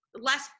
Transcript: less